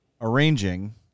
arranging